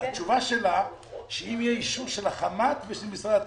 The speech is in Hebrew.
התשובה של נציגת משרד האוצר שאם יהיה אישור של החמ"ת ושל משרד התיירות.